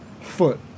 foot